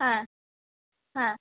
হ্যাঁ হ্যাঁ